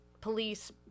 police